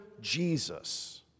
Jesus